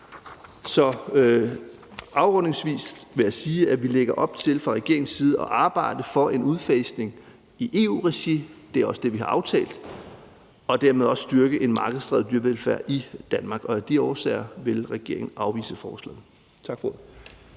Afrundingsvis vil jeg sige, at vi lægger op til fra regeringens side at arbejde for en udfasning i EU-regi – det er også det, vi har aftalt – og dermed også styrke en markedsdrevet dyrevelfærd i Danmark. Af de årsager vil regeringen afvise forslaget. Tak for